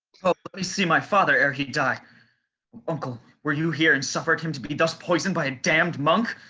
o let me see my father ere he die o uncle, were you here, and suffered him to but be thus poisoned by a damned monk?